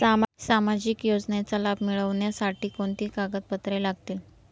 सामाजिक योजनेचा लाभ मिळण्यासाठी कोणती कागदपत्रे लागतील?